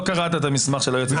גם לא קראת את המסמך של היועץ המשפטי.